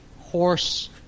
horse